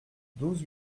douze